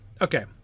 okay